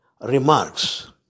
remarks